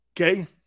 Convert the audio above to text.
Okay